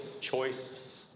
choices